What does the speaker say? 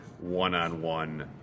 one-on-one